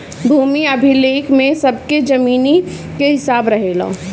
भूमि अभिलेख में सबकी जमीनी के हिसाब रहेला